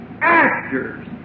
actors